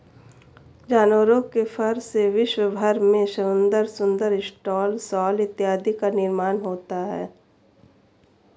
जानवरों के फर से विश्व भर में सुंदर सुंदर स्टॉल शॉल इत्यादि का निर्माण होता है